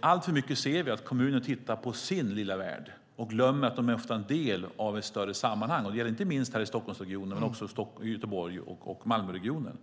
alltför mycket tittar på sin lilla värld och glömmer att de ofta är en del av ett större sammanhang. Det gäller inte minst här i Stockholmsregionen men också Göteborgs och Malmöregionerna.